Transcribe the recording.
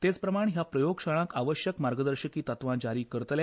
तेचप्रमाण ह्या प्रयोगशाळांक आवश्यक मार्गदर्शकी तत्त्वां जारी करतले